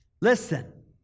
listen